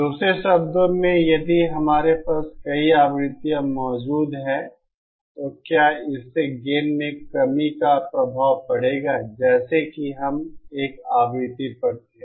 दूसरे शब्दों में यदि हमारे पास कई आवृत्तियाँ मौजूद हैं तो क्या इससे गेन में कमी का प्रभाव पड़ेगा जैसे कि हम एक ही आवृत्ति पर थे